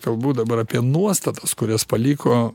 kalbu dabar apie nuostatas kurias paliko